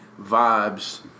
vibes